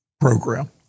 program